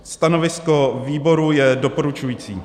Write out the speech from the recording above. Stanovisko výboru je doporučující.